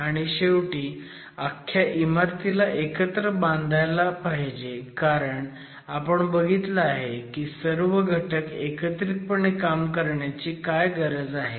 आणि शेवटी आख्या इमारतीला एकत्र बांधायला पाहिजे कारण आपण बघितलं आहे की सर्व घटक एकत्रितपणे काम करण्याची काय गरज आहे